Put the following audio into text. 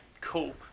cool